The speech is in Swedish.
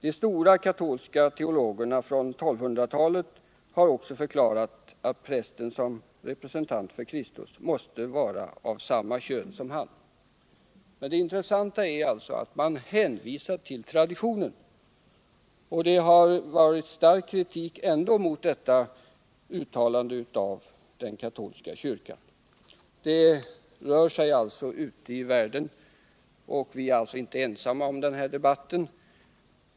De stora katolska teologerna från 1200-talet har också förklarat att prästen som representant för Kristus måste vara av samma kön som han. Men det intressanta är alltså att man hänvisar till traditionen — och det har trots denna varit stark kritik mot detta uttalande av den katolska kyrkan. Det rör sig alltså ute i världen. Vi är inte ensamma om denna debatt.